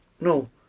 no